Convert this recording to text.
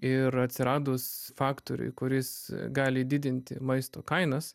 ir atsiradus faktoriui kuris gali didinti maisto kainas